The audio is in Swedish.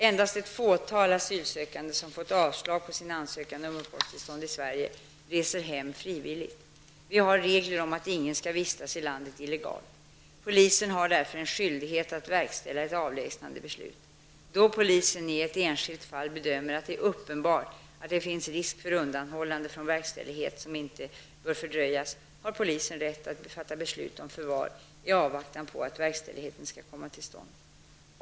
Endast ett fåtal asylsökande, som får avslag på sin ansökan om uppehållstillstånd i Sverige, reser hem frivilligt. Vi har regler om att ingen skall vistas i landet illegalt. Polisen har därför en skyldighet att verkställa ett avlägsnandebeslut. Då polisen i ett enskilt fall bedömer att det är uppenbart att det finns risk för undanhållande från en verkställighet som inte bör fördröjas, har polisen rätt att fatta beslut om förvar i avvaktan på att verkställighet skall komma till stånd.